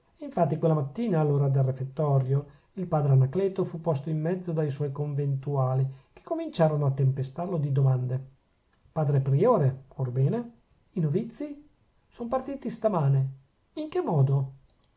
infatti quella mattina all'ora del refettorio il padre anacleto fu posto in mezzo da suoi conventuali che cominciarono a tempestarlo di domande padre priore orbene i novizi sono partiti stamane in che modo